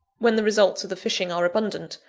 when the results of the fishing are abundant,